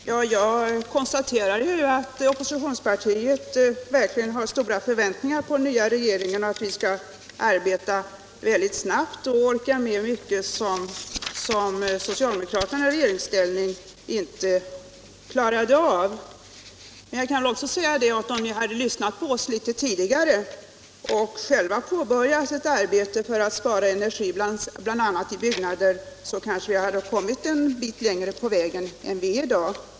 Herr talman! Jag konstaterar att det största oppositionspartiet verkligen har stora förväntningar på att den nya regeringen skall arbeta mycket snabbt och orka med mycket som socialdemokraterna i regeringsställning inte klarade av. Men jag vill också säga att om ni hade lyssnat på oss litet tidigare och själva påbörjat ett arbete för att spara energi, bl.a. i byggnader, så kanske vi hade kommit en bit längre på vägen än vad vi är i dag.